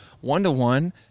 one-to-one